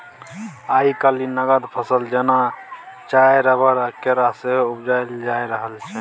आइ काल्हि नगद फसल जेना चाय, रबर आ केरा सेहो उपजाएल जा रहल छै